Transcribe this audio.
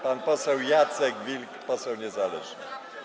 Pan poseł Jacek Wilk, poseł niezależny.